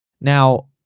now